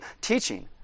teaching